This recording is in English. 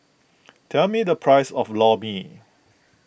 tell me the price of Lor Mee